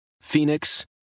Phoenix